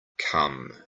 come